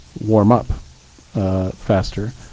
warm up faster,